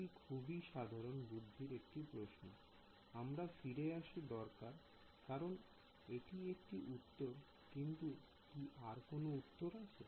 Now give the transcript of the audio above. এটি খুবই সাধারণ বুদ্ধি র একটি প্রশ্ন আমার ফিরে আসা দরকার কারণ এটি একটি উত্তর কিন্তু আর কি কোন উত্তর আছে